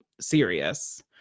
serious